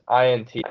INT